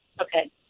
Okay